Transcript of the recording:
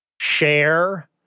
share